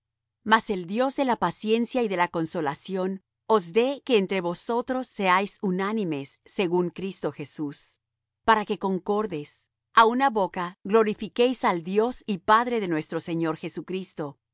mas el dios de la paciencia y de la consolación os dé que entre vosotros seáis unánimes según cristo jesús para que concordes á una boca glorifiquéis al dios y padre de nuestro señor jesucristo